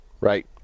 Right